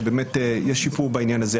שיש שיפור בעניין הזה,